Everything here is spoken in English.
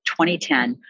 2010